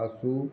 तासू